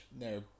No